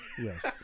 Yes